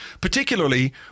Particularly